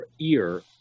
ear